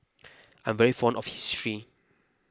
I'm very fond of history